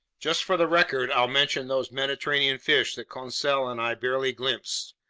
just for the record, i'll mention those mediterranean fish that conseil and i barely glimpsed.